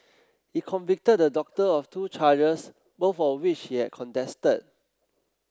it convicted the doctor of two charges both of which he had contested